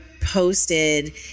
posted